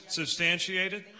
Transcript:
substantiated